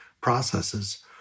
processes